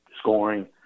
scoring